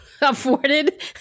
afforded